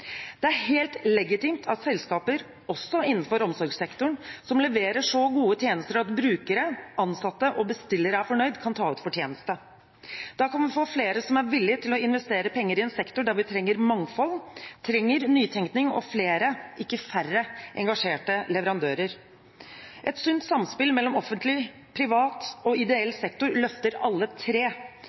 Det er helt legitimt at selskaper, også innenfor omsorgssektoren, som leverer så gode tjenester at brukere, ansatte og bestillere er fornøyd, kan ta ut fortjeneste. Da kan vi få flere som er villige til å investere penger i en sektor der vi trenger mangfold og nytenkning, og flere, ikke færre, engasjerte leverandører. Et sunt samspill mellom offentlig, privat og ideell sektor løfter alle tre.